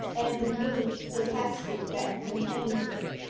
and removed the casket that contained it.